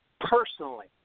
personally